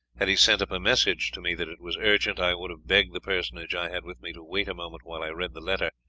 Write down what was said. had he sent up a message to me that it was urgent, i would have begged the personage i had with me to wait a moment while i read the letter.